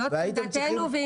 זאת טענתנו.